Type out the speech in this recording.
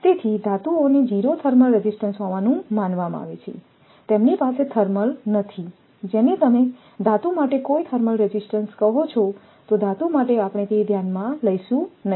તેથી ધાતુઓને 0 thermal resistance હોવાનું માનવામાં આવે છે તેમની પાસે થર્મલ નથી જેને તમે ધાતુ માટે કોઈ થર્મલ રેઝિસ્ટન્સ કહો છો ધાતુ માટે આપણે તે ધ્યાનમાં લઈશું નહીં